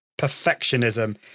Perfectionism